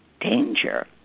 danger